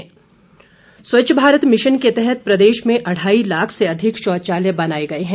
Virendra Kanwar Swachh Bharat mission के तहत प्रदेश में अढ़ाई लाख से अधिक शौचालय बनाए गए हैं